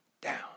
Down